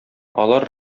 алар